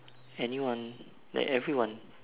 anyone like everyone